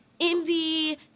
indie